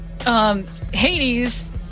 Hades